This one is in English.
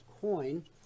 coin